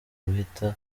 guhita